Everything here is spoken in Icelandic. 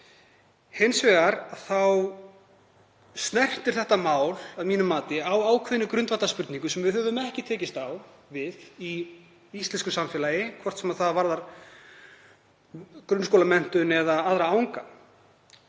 Hins vegar snertir þetta mál að mínu mati á ákveðinni grundvallarspurningu sem við höfum ekki tekist á við í íslensku samfélagi, hvort sem það er í grunnskólamenntun eða öðru, þ.e.